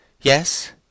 Yes